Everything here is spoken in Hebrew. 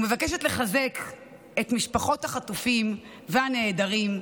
אני מזמין את סגנית שר האוצר מיכל מרים וולדיגר להציג את הצעת החוק.